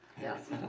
Yes